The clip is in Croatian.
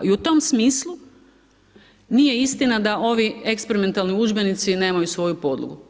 I u tom smislu, nije istina, da ovi eksperimentalni udžbenici nemaju svoju podlogu.